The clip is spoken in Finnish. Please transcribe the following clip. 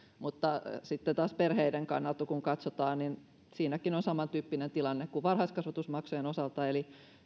mutta sitten taas perheiden kannalta kun katsotaan niin siinäkin on samantyyppinen tilanne kuin varhaiskasvatusmaksujen osalta eli